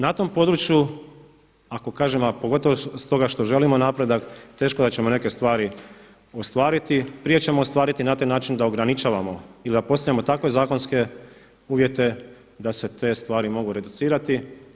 Na tom području ako kažem, a pogotovo stoga što želimo napredak teško da ćemo neke stvari ostvariti, prije ćemo ostvariti na taj način da ograničavamo ili da postavljamo takve zakonske uvjete da se te stvari mogu reducirati.